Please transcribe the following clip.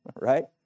right